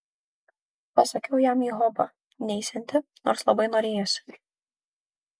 pasakiau jam į hobą neisianti nors labai norėjosi